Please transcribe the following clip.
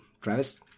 Travis